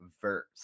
verse